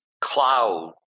cloud